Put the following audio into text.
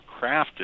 crafted